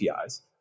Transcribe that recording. APIs